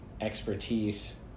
expertise